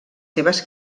seves